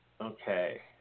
Okay